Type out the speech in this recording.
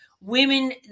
Women